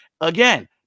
Again